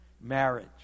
marriage